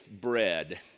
bread